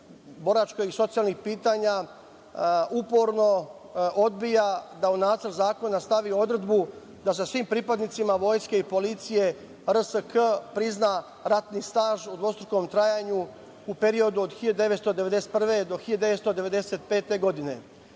boračkih i socijalnih pitanja uporno odbija da u nacrt zakona stavi odredbu da sa svim pripadnicima Vojske i policije RSK prizna ratni staž u dvostrukom trajanju u periodu od 1991. do 1995. godineDrugo